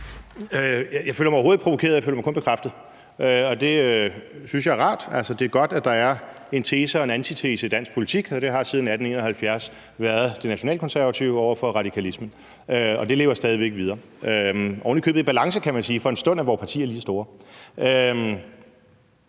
Jeg føler mig overhovedet ikke provokeret, jeg føler mig kun bekræftet, og det synes jeg er rart. Altså, det er godt, at der er en tese og en antitese i dansk politik, og det har siden 1871 været det nationalkonservative over for radikalismen. Det lever stadig væk videre, ovenikøbet i balance, kan man sige; for en stund er vore partier lige store.